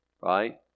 right